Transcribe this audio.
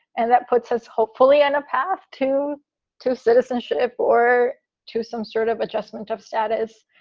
and that puts us hopefully on a path to to citizenship or to some sort of adjustment of status,